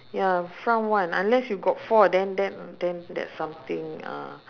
ya front one unless you got four then then then that's something ah